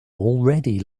already